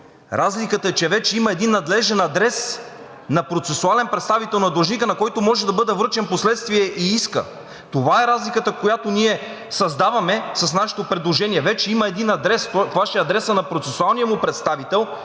разликата е, че вече има надлежен адрес на процесуален представител на длъжника, на който може да бъде връчен впоследствие и искът. Това е разликата, която ние създаваме с нашето предложение. Вече има един адрес, това ще е адресът на процесуалния му представител,